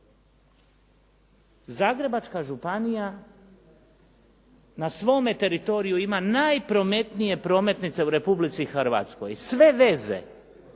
Zagrebačka županija na svome teritoriju ima najprometnije prometnice u Republici Hrvatskoj. sve veze